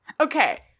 Okay